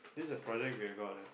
this's a project we have got